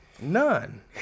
None